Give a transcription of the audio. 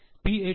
T